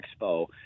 expo